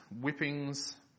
whippings